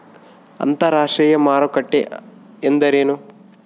ಅಂತರಾಷ್ಟ್ರೇಯ ಮಾರುಕಟ್ಟೆ ಎಂದರೇನು?